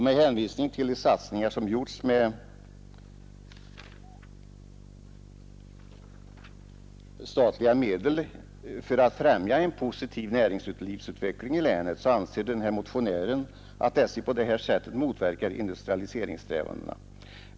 Med hänvisning till de satsningar som gjorts med statliga medel för att främja en positiv näringslivsutveckling i länet anser motionären att SJ på detta sätt motverkar industrialiseringssträvandena.